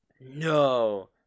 No